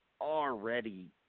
already